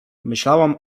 myślałam